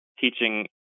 Teaching